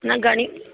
न घणी